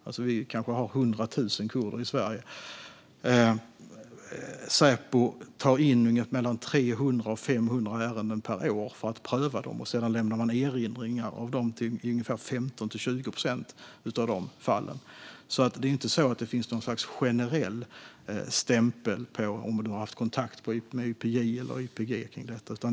Det finns kanske över 100 000 kurder i Sverige. Säpo tar in 300-500 ärenden per år för prövning, och sedan lämnas erinringar i 15-20 procent av fallen. Det är inte så att det finns ett slags generell stämpel om att man har haft kontakt med YPJ eller YPG.